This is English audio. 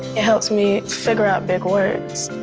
it helps me figure out big words.